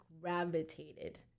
gravitated